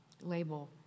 label